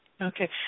Okay